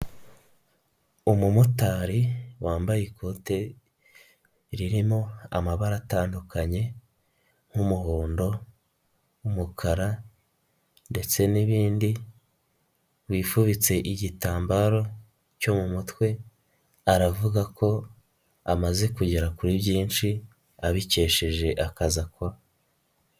Umumotari wambaye ikote ririmo amabara atandukanye, nk'umuhondo, umukara ndetse n'ibindi wifubitse igitambara cyo mu mutwe, aravuga ko amaze kugera kuri byinshi abikesheje akazi akora.